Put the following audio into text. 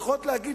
יכולת להגיד,